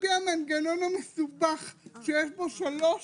ולפי המנגנון המסובך שיש בו שלוש